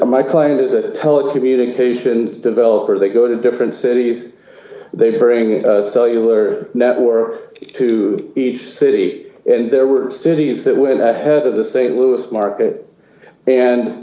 my client is a telecommunications developer they go to different cities they bring a cellular network to the city and there were cities that went ahead of the st louis market and